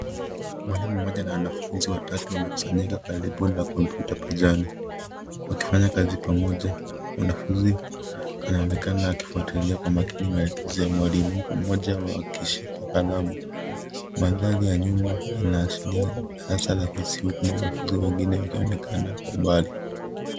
Mwalimu mmoja na wanafunzi watatu wamekusanyika karibu na kompyuta pajani wakifanya kazi pamoja. Mwanafunzi anaonekana akifuatilia kwa makini maelekezo ya mwalimu. Mmoja wao akishika kalamu. Mandhari ya nyuma yanaashiria darasa la hisia mwanafunzi mwingine akionekana kwa mbali.